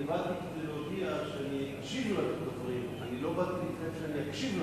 באתי כדי להודיע שאני אשיב על הדברים אבל לא באתי כדי להקשיב לדברים,